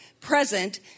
present